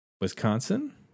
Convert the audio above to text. Wisconsin